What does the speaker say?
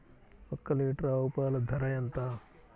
ఒక్క లీటర్ ఆవు పాల ధర ఎంత?